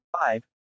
five